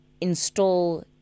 install